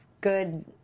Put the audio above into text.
good